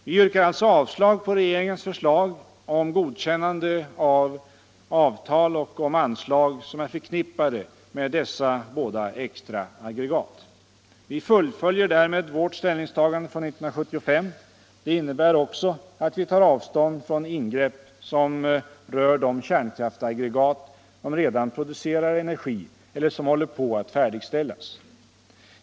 Vi yrkar alltså avslag på regeringens förslag om godkännande av avtal och om anslag, som är förknippade med dessa båda extra aggregat. Vi fullföljer därmed vårt ställningstagande från 1975. Det innebär också att vi tar avstånd från ingrepp som rör de kärnkraftsaggregat som redan producerar energi eller som håller på att färdigställas.